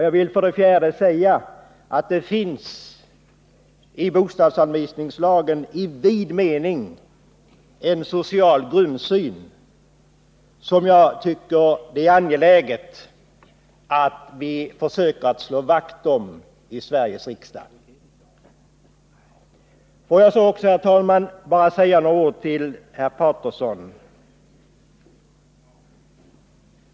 Jag vill för det fjärde säga att det i bostadsanvisningslagen i vid mening finns en social grundsyn, som jag tycker att det är angeläget att vi försöker slå vakt om i Sveriges riksdag. Får jag så också, herr talman, säga några ord till herr Paterson.